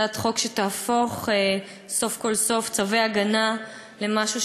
הצעת חוק שתהפוך סוף-סוף צווי הגנה למשהו